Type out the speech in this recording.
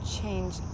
change